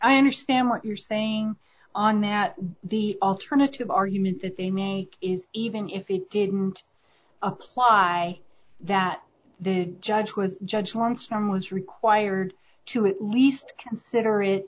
i understand what you're saying on that the alternative argument that they made is even if it didn't apply that the judge was judge lawrence from was required to at least consider it